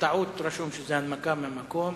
בטעות רשום הנמקה מהמקום.